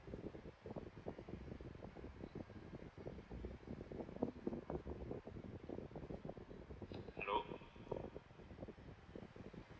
hello